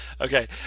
Okay